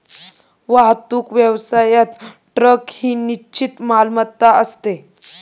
वाहतूक व्यवसायात ट्रक ही निश्चित मालमत्ता असते